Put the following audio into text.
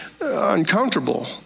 uncomfortable